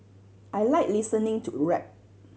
I like listening to rap